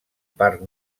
part